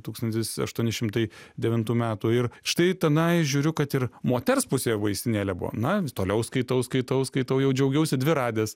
tūkstantis aštuoni šimtai devintų metų ir štai tenai žiūriu kad ir moters pusėje vaistinėlė buvo na toliau skaitau skaitau skaitau jau džiaugiausi dvi radęs